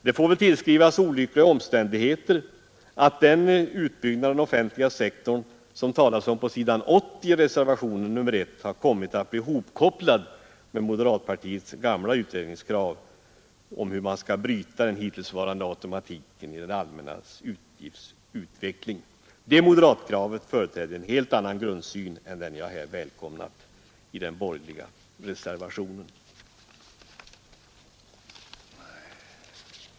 Det får kanske tillskrivas olyckliga omständigheter att den utbyggnad av den offentliga sektorn som det talas om på s. 80 i reservationen 1 har kommit att bli hopkopplad med moderata samlingspartiets gamla krav på utredning om hur man skall bryta den hittillsvarande automatiken i den allmänna utgiftsutvecklingen. Det moderatkravet företräder en helt annan grundsyn än den jag här välkomnat i den borgerliga reservationen.